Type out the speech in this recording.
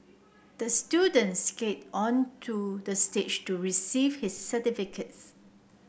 the student skated onto the stage to receive his certificates